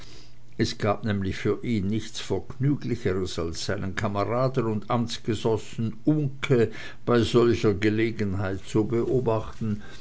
es gab nämlich für ihn nichts vergnüglicheres als seinen kameraden und amtsgenossen uncke bei solcher gelegenheit zu beobachten